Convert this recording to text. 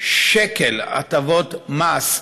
שקל הטבות מס,